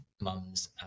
mum's